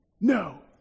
no